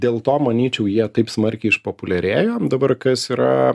dėl to manyčiau jie taip smarkiai išpopuliarėjo dabar kas yra